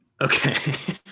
Okay